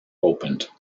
opened